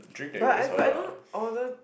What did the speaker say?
but I but I don't order